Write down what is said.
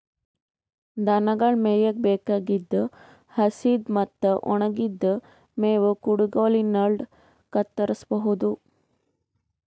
ದನಗೊಳ್ ಮೇಯಕ್ಕ್ ಬೇಕಾಗಿದ್ದ್ ಹಸಿದ್ ಮತ್ತ್ ಒಣಗಿದ್ದ್ ಮೇವ್ ಕುಡಗೊಲಿನ್ಡ್ ಕತ್ತರಸಬಹುದು